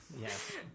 Yes